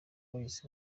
boys